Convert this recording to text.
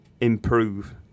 improve